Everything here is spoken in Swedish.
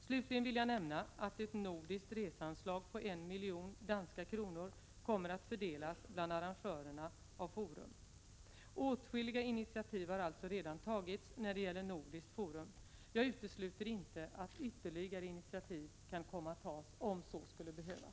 Slutligen vill jag nämna att ett nordiskt reseanslag på 1 miljon danska kronor kommer att fördelas bland arrangörerna av Forum. Åtskilliga initiativ har alltså redan tagits när det gäller nordiskt Forum. Jag utesluter inte att ytterligare initiativ kan komma att tas om så skulle behövas.